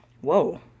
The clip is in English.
whoa